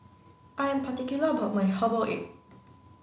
I'm particular about my herbal egg